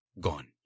Gone